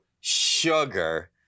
sugar